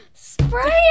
Spray